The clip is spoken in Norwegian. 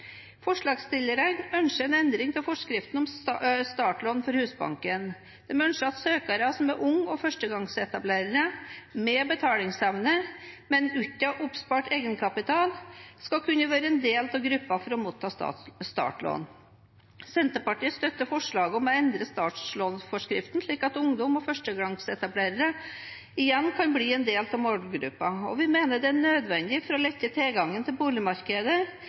Forslagsstillerne ønsker en endring i forskriften om startlån for Husbanken. De ønsker at søkere som er unge og førstegangsetablerere med betalingsevne, men uten oppspart egenkapital, skal kunne være en del av gruppen som kan motta startlån. Senterpartiet støtter forslaget om å endre startlånsforskriften slik at ungdom og førstegangsetablerere igjen kan bli en del av målgruppen, og vi mener det er nødvendig for å lette tilgangen til boligmarkedet